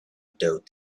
doubt